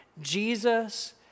Jesus